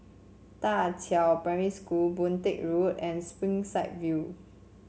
Da Qiao Primary School Boon Teck Road and Springside View